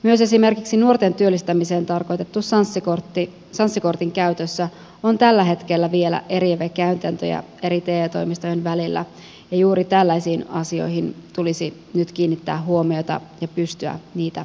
myös esimerkiksi nuorten työllistämiseen tarkoitetun sanssi kortin käytössä on tällä hetkellä vielä eriäviä käytäntöjä eri te toimistojen välillä ja juuri tällaisiin asioihin tulisi nyt kiinnittää huomiota ja pystyä niitä yhtenäistämään